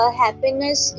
happiness